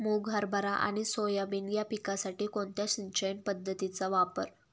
मुग, हरभरा आणि सोयाबीन या पिकासाठी कोणत्या सिंचन पद्धतीचा वापर करावा?